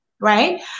right